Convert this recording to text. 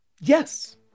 Yes